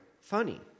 funny